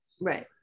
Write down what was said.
Right